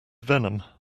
venom